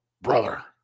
brother